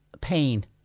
pain